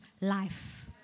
life